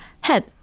head